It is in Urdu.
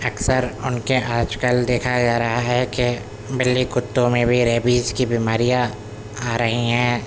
اکثر ان کے آج کل دیکھا جا رہا ہے کہ بلی کتوں میں بھی ریبیز کی بیماریاں آ رہی ہیں